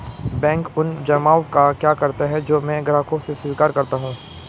Bank उन जमाव का क्या करता है जो मैं ग्राहकों से स्वीकार करता हूँ?